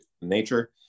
nature